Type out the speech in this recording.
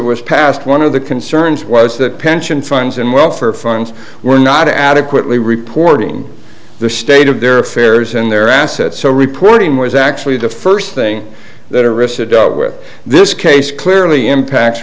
was passed one of the concerns was that pension funds and welfare funds were not adequately reporting the state of their affairs and their assets so reporting was actually the first thing that a risk with this case clearly impacts